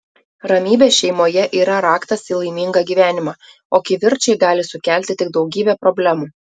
ramybė šeimoje yra raktas į laimingą gyvenimą o kivirčai gali sukelti tik daugybę problemų